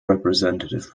representative